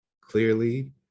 clearly